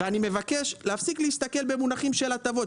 אני מבקש להפסיק להסתכל במונחים של הטבות.